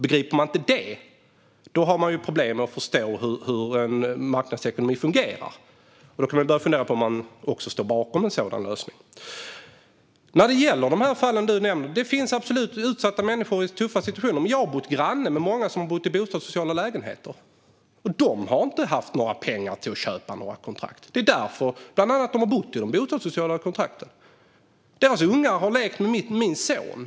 Begriper man inte det har man problem med att förstå hur en marknadsekonomi fungerar, och då kan vi börja fundera på om man alls står bakom en sådan lösning. När det gäller de fall som Momodou Malcolm Jallow nämner finns det absolut utsatta människor i tuffa situationer. Jag har bott granne med många som har bott i bostadssociala lägenheter. De har inte haft några pengar till att köpa kontrakt. Det är bland annat därför som de har bott med bostadssociala kontrakt. Deras ungar har lekt med min son.